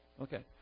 Okay